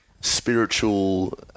spiritual